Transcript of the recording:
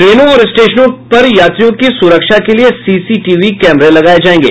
ट्रेनों और स्टेशनों पर यात्रियों की सुरक्षा के लिये सीसीटीवी कैमरे लगाये जायेंगे